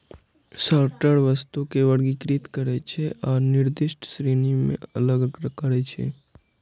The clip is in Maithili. सॉर्टर वस्तु कें वर्गीकृत करै छै आ निर्दिष्ट श्रेणी मे अलग करै छै